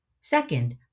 Second